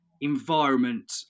environment